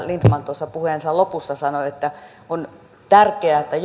lindtman tuossa puheensa lopussa sanoi että on tärkeää että